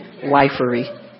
wifery